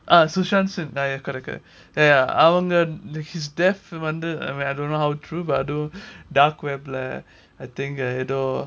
ah sushan singh ah ya correct correct ya ya அவங்க:avanga like his death வந்து:vandhu I don't know how true but dark web uh I think ஏதோ:edho